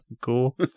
cool